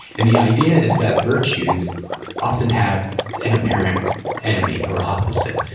and the idea is that virtues often have an apparent enemy or opposite,